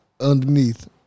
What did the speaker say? underneath